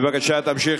בבקשה, תמשיך,